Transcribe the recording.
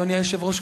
אדוני היושב-ראש?